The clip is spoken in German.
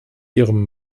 ihrem